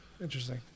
Interesting